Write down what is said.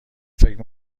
فکر